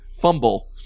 Fumble